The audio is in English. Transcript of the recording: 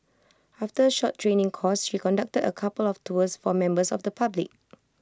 after short training course she conducted A couple of tours for members of the public